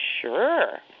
sure